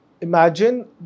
Imagine